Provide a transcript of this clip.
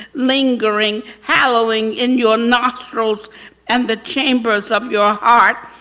lingering, hallowing in your nostrils and the chambers of your heart.